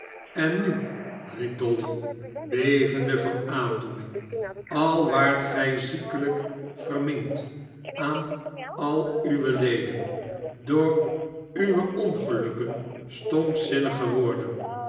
niets ennu riep dolly bevende van aandoening al waart gij ziekelijk ver minkt aan al uwe leden door uwe ongelukken stompzinnig gewor